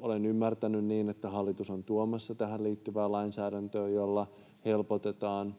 Olen ymmärtänyt niin, että hallitus on tuomassa tähän liittyvää lainsäädäntöä, jolla helpotetaan